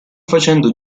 facendo